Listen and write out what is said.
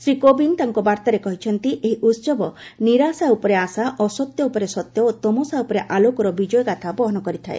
ଶ୍ରୀ କୋବିନ୍ଦ ତାଙ୍କ ବାର୍ଭାରେ କହିଛନ୍ତି ଏହି ଉତ୍ସବ ନିରାଶା ଉପରେ ଆଶା ଅସତ୍ୟ ଉପରେ ସତ୍ୟ ଓ ତମସା ଉପରେ ଆଲୋକର ବିଜୟଗାଥା ବହନ କରିଥାଏ